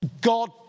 God